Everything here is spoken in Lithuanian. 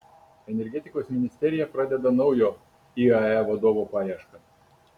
energetikos ministerija pradeda naujo iae vadovo paiešką